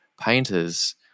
painters